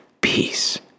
Peace